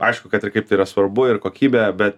aišku kad ir kaip yra svarbu ir kokybė bet